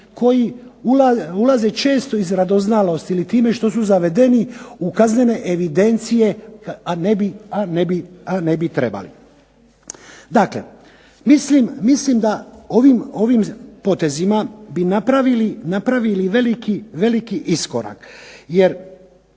koji ulaze često iz radoznalosti ili time što su zavedeni u kaznene evidencije, a ne bi trebali. Mislim da bi ovim potezima napravili veliki iskorak